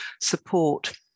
support